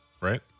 right